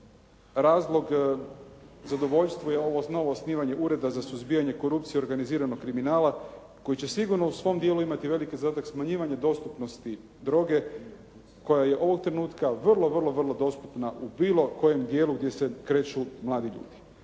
razlog zadovoljstvu je ovo novo osnivanje Ureda za suzbijanje korupcije i organiziranog kriminala koji će sigurno u svom dijelu imati veliki zadatak smanjivanja dostupnosti droge koja je ovog trenutka vrlo, vrlo, vrlo dostupna u bilo kojem dijelu gdje se kreću mladi ljudi.